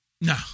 No